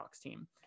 team